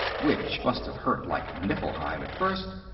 which must have hurt like nifflheim at first.